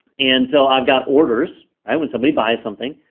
and so, i've got orders, when somebody buys something.